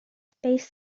space